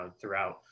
throughout